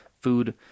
food